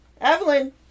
Evelyn